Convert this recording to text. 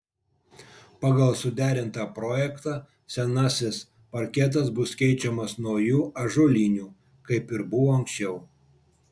pagal suderintą projektą senasis parketas bus keičiamas nauju ąžuoliniu kaip ir buvo anksčiau